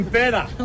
better